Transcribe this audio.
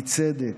היא צדק,